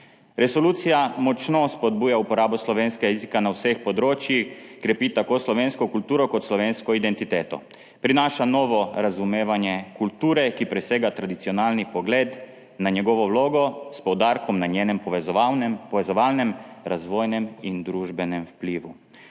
Resolucija močno spodbuja uporabo slovenskega jezika na vseh področjih, krepi tako slovensko kulturo kot slovensko identiteto. Prinaša novo razumevanje kulture, ki presega tradicionalni pogled na njeno vlogo, s poudarkom na njenem povezovalnem, razvojnem in družbenem vplivu.